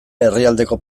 herrialdeko